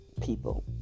people